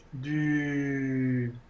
du